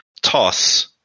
toss